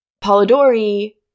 Polidori